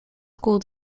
school